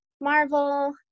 Marvel